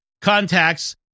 contacts